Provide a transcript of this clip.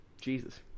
Jesus